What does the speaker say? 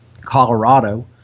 Colorado